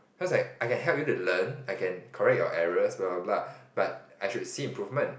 cause like I can help you to learn I can correct your errors blah blah blah but I should see improvement